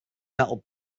metal